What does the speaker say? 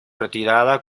retirada